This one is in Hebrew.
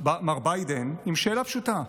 מר ביידן עם שאלה פשוטה: